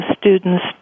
students